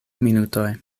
minutoj